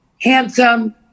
handsome